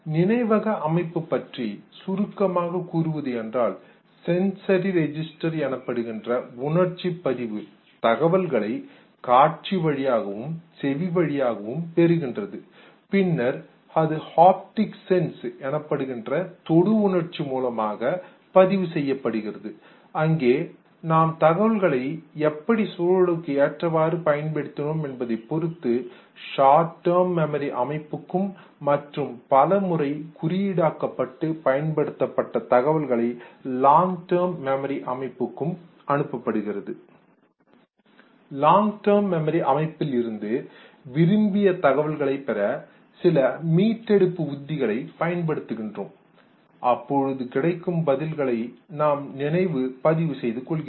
நினைவக அமைப்பு பற்றி சுருக்கமாகக் கூறுவது என்றால் சென்சரி ரெஜிஸ்டர் உணர்ச்சி பதிவு தகவல்களை காட்சி வழியாகவும் செவி வழியாகவும் பெறுகின்றது பின்னர் அது ஹாப்டிக் சென்ஸ் தொடு உணர்ச்சி மூலமாகவும் பதிவு செய்கிறது அங்கே நாம் தகவல்களை எப்படி சூழலுக்கு ஏற்றவாறு பயன்படுத்தினோம் என்பதை பொறுத்து ஷார்ட் டேர்ம் மெமரி அமைப்புக்கும் மற்றும் பல முறை குறியீடாகப்பட்டு பயன்படுத்தப்பட்ட தகவல்கள் லாங் டேர்ம் மெமரி அமைப்புக்கு அனுப்பப்படுகிறது லாங் டேர்ம் மெமரி அமைப்பில் இருந்து விரும்பிய தகவல்களைப் பெற சில மீட்டெடுப்பு உத்திகளை பயன்படுத்துகின்றோம் அப்பொழுது கிடைக்கும் பதில்களை நம் நினைவு பதிவு செய்துகொள்கிறது